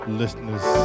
listeners